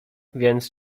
więc